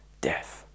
death